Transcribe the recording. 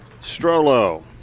Strollo